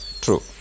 True